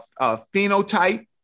phenotype